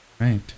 Right